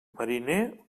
mariner